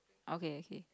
okay okay